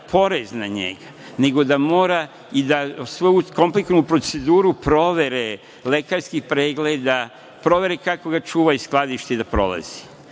porez na njega, nego da mora i da uz svu komplikovanu proceduru provere, lekarskih pregleda, provere kako ga čuva i skladišti, da prolazi. Dakle,